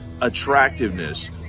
attractiveness